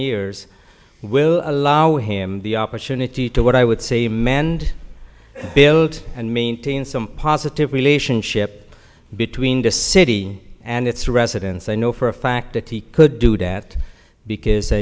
years will allow him the opportunity to what i would say man and build and maintain some positive relationship between the city and its residents i know for a fact that he could do that because